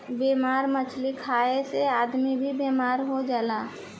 बेमार मछली खाए से आदमी भी बेमार हो जाला